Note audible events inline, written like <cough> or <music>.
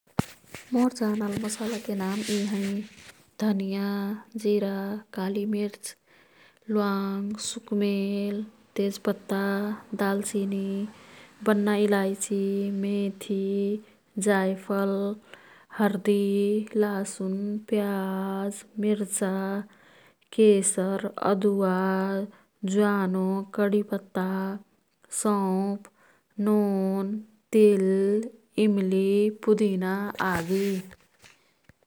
<noise> मोर् जानल मसालन्के नाम यी हैं। धनियाँ, जिर, कालीमिर्च, ल्वांग, सुकमेल, तेजपत्ता, दालचिनी, बन्ना इलाईची, मेथी, जायफल, हर्दि, लासुन, प्याज, मिर्चा, केसर, अदुवा, ज्वानो, कडीपत्ता, सौंफ, नोन, तिल, इमली, पुदिना <noise> आदि।